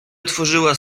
otworzyła